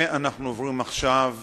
אנחנו עוברים עכשיו